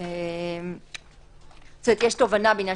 כלומר יש תובענה בעניין